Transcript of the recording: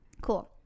Cool